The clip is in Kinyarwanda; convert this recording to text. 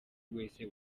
wese